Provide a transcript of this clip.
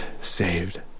saved